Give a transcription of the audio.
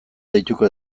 deituko